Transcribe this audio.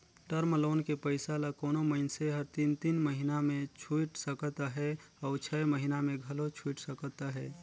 term loan के पइसा ल कोनो मइनसे हर तीन तीन महिना में छुइट सकत अहे अउ छै महिना में घलो छुइट सकत अहे